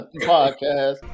podcast